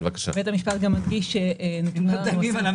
בית המשפט גם מדגיש שנתונה לנו